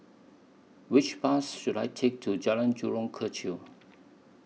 Which Bus should I Take to Jalan Jurong Kechil